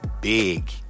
big